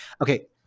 Okay